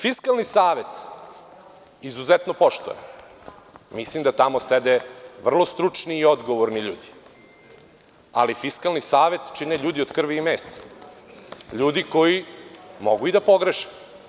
Fiskalni savet izuzetno poštujemo, mislim da tamo sede vrlo stručni i odgovorni ljudi, ali Fiskalni savet čine ljudi od krvi i mesa, ljudi koji mogu i da pogreše.